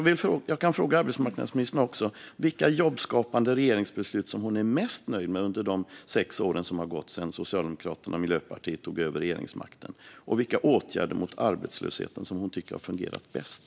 Vilka jobbskapande regeringsbeslut är arbetsmarknadsministern mest nöjd med under de sex år som har gått sedan Socialdemokraterna och Miljöpartiet tog över regeringsmakten? Och vilka åtgärder mot arbetslösheten tycker hon har fungerat bäst?